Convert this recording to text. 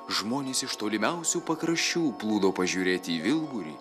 žmonės iš tolimiausių pakraščių plūdo pažiūrėti į vilburį